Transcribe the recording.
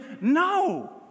No